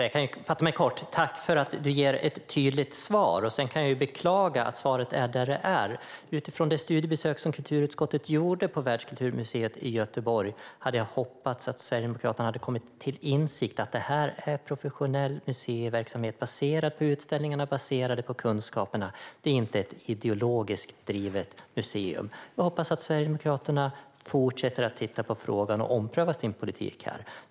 Herr talman! Tack för ett tydligt svar! Sedan kan jag beklaga att svaret är vad det är. Utifrån det studiebesök som kulturutskottet gjorde på Världskulturmuseet i Göteborg hade jag hoppats att Sverigedemokraterna skulle komma till insikt om att det här är professionell museiverksamhet baserad på utställningar och kunskaper. Det är inte ett ideologiskt drivet museum. Jag hoppas att Sverigedemokraterna fortsätter att titta på frågan och omprövar sin politik här.